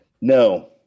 no